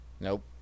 Nope